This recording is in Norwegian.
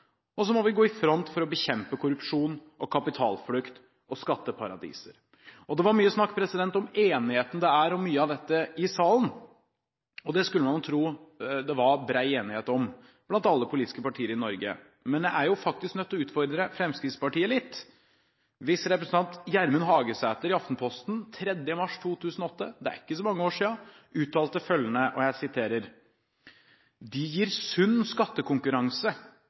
og så må vi gå i front for å bekjempe korrupsjon, kapitalflukt og skatteparadiser. Det var mye snakk om enighet. Det er det mye av i salen, og dette skulle man tro det var bred enighet om blant alle politiske partier i Norge. Men jeg er faktisk nødt til å utfordre Fremskrittspartiet litt, for representanten Gjermund Hagesæter uttalte i Aftenposten den 3. mars 2008 – det er ikke så mange år siden – følgende: «De gir sunn skattekonkurranse